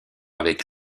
avec